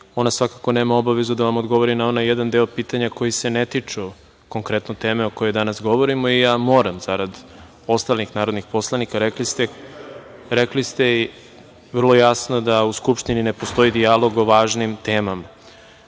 ona svakako nema obavezu da vam odgovori na onaj jedan deo pitanja koji se ne tiču konkretno teme o kojoj danas govorimo i ja moram zarad ostalih narodnih poslanika, rekli ste, vrlo jasno, da u Skupštini ne postoji dijalog o važnim temama.U